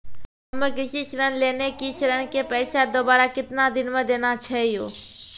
हम्मे कृषि ऋण लेने छी ऋण के पैसा दोबारा कितना दिन मे देना छै यो?